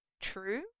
true